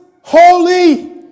holy